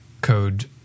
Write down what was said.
code